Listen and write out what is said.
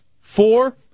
Four